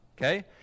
okay